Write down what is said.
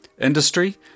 industry